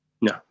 no